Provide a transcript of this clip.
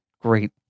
great